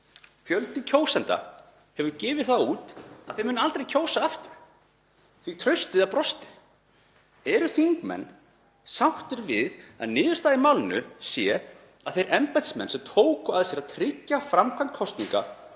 Fjöldi kjósenda hefur gefið það út að þeir muni aldrei kjósa aftur því að traustið er brostið. Eru þingmenn sáttir við að niðurstaðan í málinu sé að þeir embættismenn sem tóku að sér að tryggja framkvæmd kosninga